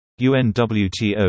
UNWTO